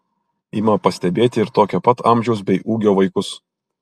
ima pastebėti ir tokio pat amžiaus bei ūgio vaikus